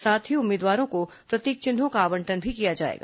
साथ ही उम्मीदवारों को प्रतीक चिन्हों का आवंटन भी किया जाएगा